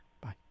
Bye